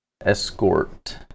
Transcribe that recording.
Escort